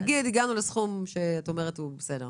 נגיד שהגענו לסכום שלדעתך הוא בסדר.